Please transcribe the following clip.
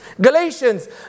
Galatians